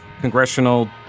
Congressional